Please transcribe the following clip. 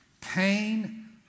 Pain